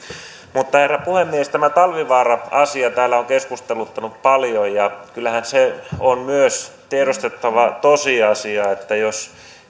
herra puhemies tämä talvivaara asia täällä on keskusteluttanut paljon kyllähän se on myös tiedostettava tosiasia että jos